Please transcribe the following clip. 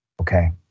okay